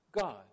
God